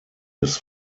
des